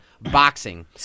boxing